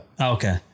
Okay